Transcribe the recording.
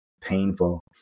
painful